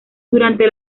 durante